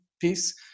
piece